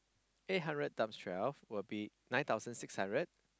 eight hundred times twelve will be nine thousand six hundred